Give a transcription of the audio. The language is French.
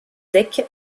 deck